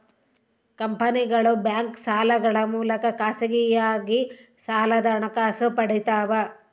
ಕಂಪನಿಗಳು ಬ್ಯಾಂಕ್ ಸಾಲಗಳ ಮೂಲಕ ಖಾಸಗಿಯಾಗಿ ಸಾಲದ ಹಣಕಾಸು ಪಡಿತವ